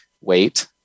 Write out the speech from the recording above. wait